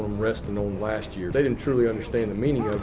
resting on last year. they didn't truly understand the meaning of